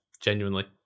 genuinely